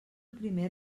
primer